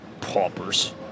paupers